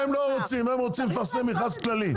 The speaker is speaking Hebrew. הם לא רוצים, הם רוצים לפרסם מכרז כללי.